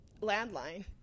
landline